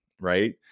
right